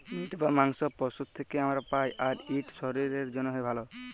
meet বা মাংস পশুর থ্যাকে আমরা পাই, আর ইট শরীরের জ্যনহে ভাল